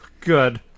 Good